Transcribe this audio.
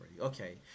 Okay